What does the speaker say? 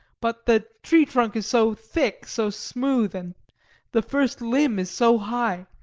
but the tree trunk is so thick, so smooth, and the first limb is so high!